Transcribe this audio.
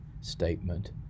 statement